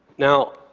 now,